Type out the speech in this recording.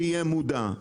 שיהיה מודע.